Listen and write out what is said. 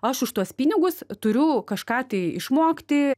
aš už tuos pinigus turiu kažką išmokti